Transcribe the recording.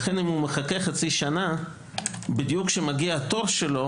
לכן אם הוא מחכה חצי שנה בדיוק כשמגיע תורו,